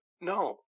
No